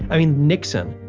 i mean nixon,